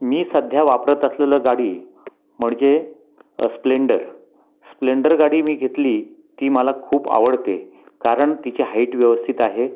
मी सध्या वापरत असलेली गाडी म्हणजे स्प्लेंडर स्प्लेंडर गाडी मी घेतली ती मला खूप आवडते कारण तिची हाईट व्यवस्थित आहे